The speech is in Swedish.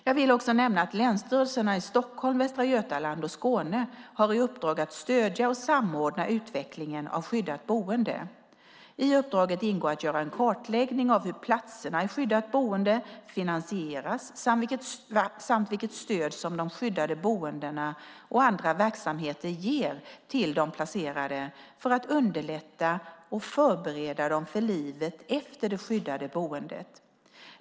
Jag vill också nämna att länsstyrelserna i Stockholm, Västra Götaland och Skåne har i uppdrag att stödja och samordna utvecklingen av skyddat boende. I uppdraget ingår att göra en kartläggning av hur platserna i skyddat boende finansieras samt vilket stöd som de skyddade boendena och andra verksamheter ger till de placerade för att underlätta och förbereda dem för livet efter det skyddade boendet.